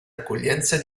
accoglienza